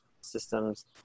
systems